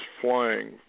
flying